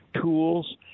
tools